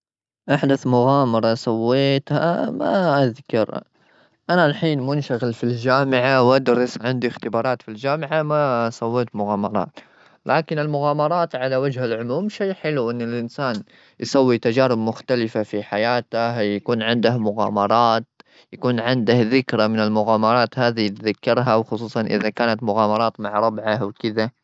أحدث مؤامرة سويتها ما أذكر. أنا الحين منشغل في الجامعة وأدرس، عندي اختبارات في الجامعة. ما سويت مغامرات. لكن المغامرات على وجه العموم شيء حلو. إن الإنسان يسوي تجارب مختلفة في حياته، يكون عنده مغامرات ويكون عنده ذكرى من المغامرات هذي يتذكرها وخصوصا إذا كانت مغامرات مع ربعه وكذا.